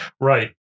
Right